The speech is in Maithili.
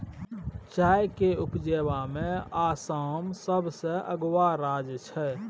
चाय के उपजा में आसाम सबसे अगुआ राज्य छइ